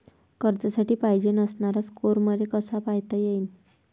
कर्जासाठी पायजेन असणारा स्कोर मले कसा पायता येईन?